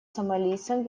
сомалийцам